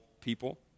people